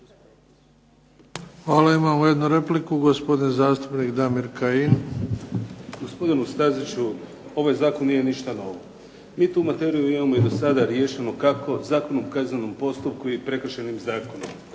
Hvala. Imamo jednu repliku, gospodin zastupnik Damir Kajin. **Kajin, Damir (IDS)** Gospodine Staziću, ovaj zakon nije ništa novo i tu materiju imamo i do sada riješeno kako Zakonom o kaznenom postupku i prekršajnim zakonima.